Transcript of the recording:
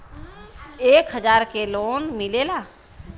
एक हजार के लोन मिलेला?